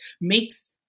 makes